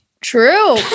True